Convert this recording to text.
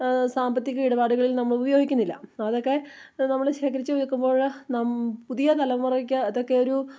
സാമ്പത്തിക ഇടപാടുകളിൽ നമ്മൾ ഉപയോഗിക്കുന്നില്ല അതൊക്കെ നമ്മൾ ശേഖരിച്ചു വെക്കുമ്പോഴാണ് പുതിയ തലമുറയ്ക്ക് അതൊക്കെ ഒരു